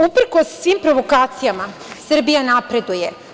Uprkos svim provokacijama Srbija napreduje.